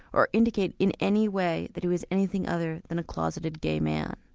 or indicate in any way that he was anything other than a closeted gay man.